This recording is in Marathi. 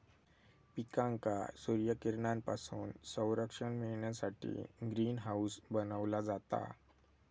पिकांका सूर्यकिरणांपासून संरक्षण मिळण्यासाठी ग्रीन हाऊस बनवला जाता